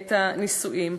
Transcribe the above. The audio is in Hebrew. את הנישואים.